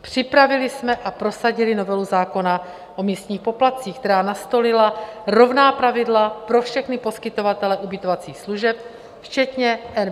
Připravili jsme a prosadili novelu zákona o místních poplatcích, která nastolila rovná pravidla pro všechny poskytovatele ubytovacích služeb včetně Airbnb.